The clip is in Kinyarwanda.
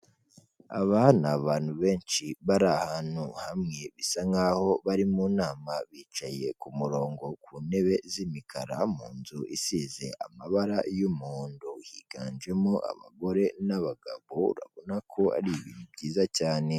Abana ni abantu benshi bari ahantu hamwe, bisa nkaho bari mu nama, bicaye ku murongo ku ntebe z'imikara mu nzu isize amabara y'umuhondo, higanjemo abagore n'abagabo, urabona ko ari ibintu byiza cyane.